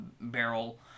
barrel